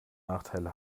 nachteile